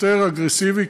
יותר אגרסיבי,